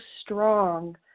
strong